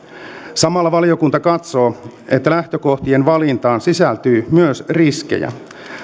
samalla valiokunta katsoo että lähtökohtien valintaan sisältyy myös riskejä